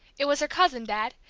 it was her cousin, dad,